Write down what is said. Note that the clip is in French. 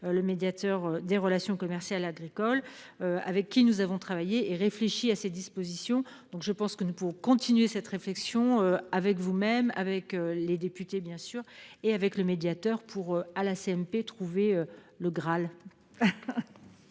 le médiateur des relations commerciales agricoles, avec lequel nous avons travaillé et réfléchi à ces dispositions. Je pense que nous pouvons continuer cette réflexion avec vous, avec les députés et avec le médiateur, pour trouver le Graal